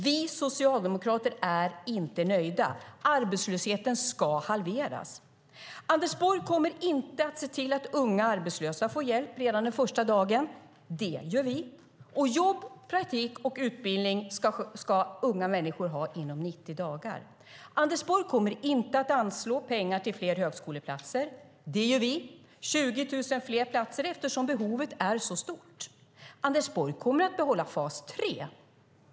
Vi socialdemokrater är inte nöjda. Arbetslösheten ska halveras. Anders Borg kommer inte att se till att unga arbetslösa får hjälp redan den första dagen. Det gör vi. Jobb, praktik och utbildning ska unga människor ha inom 90 dagar. Anders Borg kommer inte att anslå pengar till fler högskoleplatser. Det gör vi. 20 000 fler platser, eftersom behovet är så stort. Anders Borg kommer att behålla fas 3.